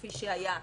כפי שהיה,